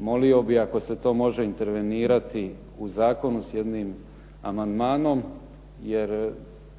molio bi ako se to može intervenirati u zakonu s jednim amandmanom, jer